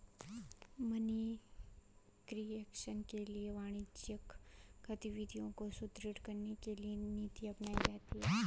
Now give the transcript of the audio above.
money creation के लिए वाणिज्यिक गतिविधियों को सुदृढ़ करने की नीति अपनाई जाती है